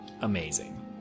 Amazing